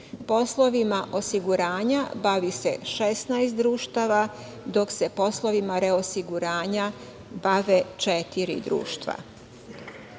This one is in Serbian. Poslovima osiguranja bavi se 16 društava, dok se poslovima reosiguranja bave četiri